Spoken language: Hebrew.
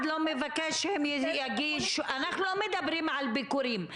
אנחנו מעבירים חומרים,